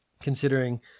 Considering